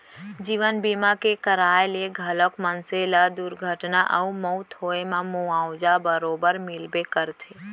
जीवन बीमा के कराय ले घलौक मनसे ल दुरघटना अउ मउत होए म मुवाजा बरोबर मिलबे करथे